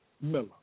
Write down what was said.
Miller